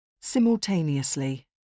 Simultaneously